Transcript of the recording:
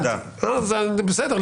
בסדר, הבנתי.